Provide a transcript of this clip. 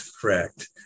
correct